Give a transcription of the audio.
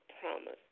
promise